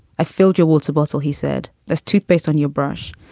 i filled your water bottle, he said. there's toothpaste on your brush.